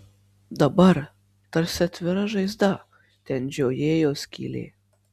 dabar tarsi atvira žaizda ten žiojėjo skylė